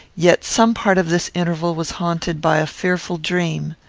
yet some part of this interval was haunted by a fearful dream.